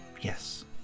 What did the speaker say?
Yes